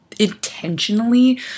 Intentionally